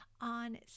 on